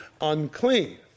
unclean